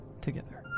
together